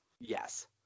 Yes